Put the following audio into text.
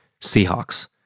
Seahawks